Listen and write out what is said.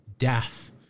death